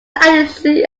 additionally